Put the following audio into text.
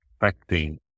affecting